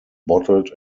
bottled